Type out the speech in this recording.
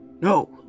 No